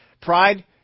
Pride